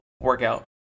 workout